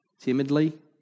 Timidly